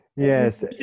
yes